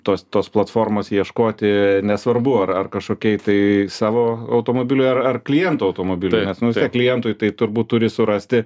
tos tos platformos ieškoti nesvarbu ar ar kažkokiai tai savo automobiliui ar ar kliento automobiliui nes nu vis tiek klientui tai turbūt turi surasti